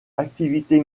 activité